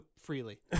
Freely